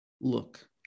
look